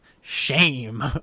shame